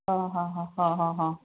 हां हां हां हां हां हां